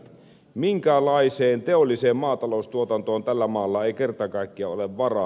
minkäänlaiseen teolliseen maataloustuotantoon tällä maalla ei kerta kaikkiaan ole varaa